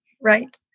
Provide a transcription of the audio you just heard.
Right